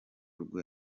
rwe